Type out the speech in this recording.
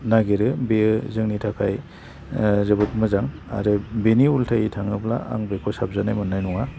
नागिरो बेयो जोंनि थाखाय जोबोद मोजां आरो बेनि उल्थायै थाङोब्ला आं बेखौ साबजानाय मोन्नाय नङा